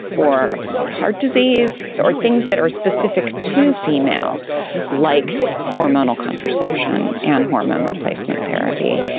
or heart disease, or things that are specific to females like hormonal contraception and hormone replacement therapy.